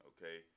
Okay